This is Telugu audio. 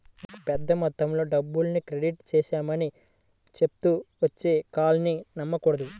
మీకు పెద్ద మొత్తంలో డబ్బుల్ని క్రెడిట్ చేశామని చెప్తూ వచ్చే కాల్స్ ని నమ్మకూడదు